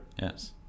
Yes